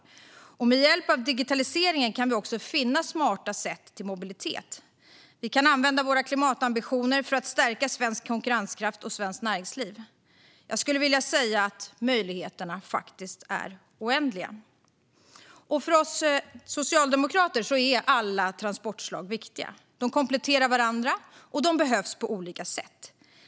Med hjälp av digitaliseringen kan vi också finna smarta sätt till mobilitet. Vi kan använda våra klimatambitioner för att stärka svensk konkurrenskraft och svenskt näringsliv. Jag skulle vilja säga att möjligheterna faktiskt är oändliga. För oss socialdemokrater är alla transportslag viktiga. De kompletterar varandra, och de behövs på olika sätt.